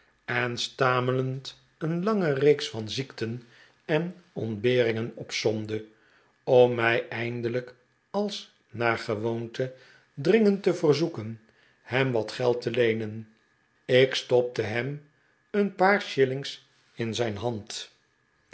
en stamelend een lange reeks van ziekten en ontberingen opsomde om mij eindelijk als naar gewoonte dringend te verzoeken hem wat geld te leenen ik stopte hem een paar shillings in zijn hand